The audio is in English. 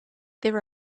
there